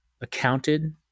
accounted